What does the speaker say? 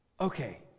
Okay